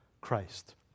Christ